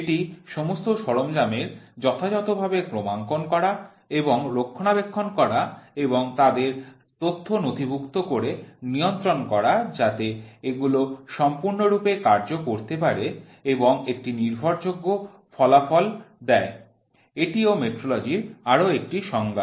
এটি সমস্ত সরঞ্জামের যথাযথভাবে ক্রমাঙ্কন করা এবং রক্ষণাবেক্ষণ করা এবং তাদের তথ্যগুলি নথিভূক্ত করে নিয়ন্ত্রণ করা যাতে এগুলো সম্পূর্ণরূপে কার্য করতে পারে এবং একটি নির্ভরযোগ্য ফলাফল দেয় এটিও মেট্রলজি আরো একটি সংজ্ঞা